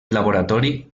laboratori